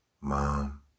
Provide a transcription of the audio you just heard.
mom